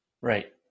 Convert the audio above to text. Right